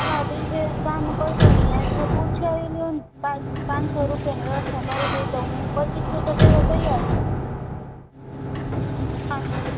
તમાર બીજે કામ કરતાં હોઇ અહીં જ પૂછાવી લોને પાંચસો રૂપિયાની વ્યવસ્થા કરી દઈ તો હું પચીસસો તો દેવા તૈયાર છું હા